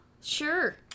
Sure